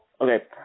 Okay